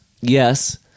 yes